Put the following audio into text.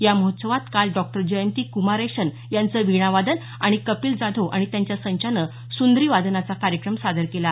या महोत्सवात काल डॉक्टर जयंती कुमारेषन यांचं वीणा वादन आणि कपिल जाधव आणि त्यांच्या संचानं सुंद्री वादनाचा कार्यक्रम सादर केला